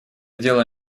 дело